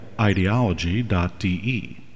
ideology.de